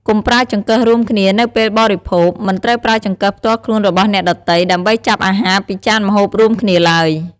កុំប្រើចង្កឹះរួមគ្នានៅពេលបរិភោគ មិនត្រូវប្រើចង្កឹះផ្ទាល់ខ្លួនរបស់អ្នកដទៃ ដើម្បីចាប់អាហារពីចានម្ហូបរួមគ្នាឡើយ។